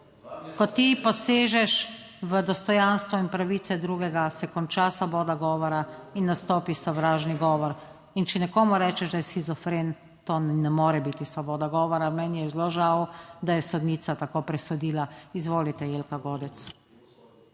Ko ti posežeš v dostojanstvo in pravice drugega, se konča svoboda govora in nastopi sovražni govor. In če nekomu rečeš, da je shizofren, to ne more biti svoboda govora. Meni je zelo žal, da je sodnica tako presodila. Izvolite, Jelka Godec.